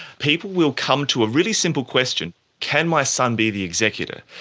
people will come to a really simple question can my son be the executor?